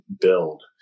build